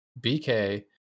BK